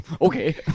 Okay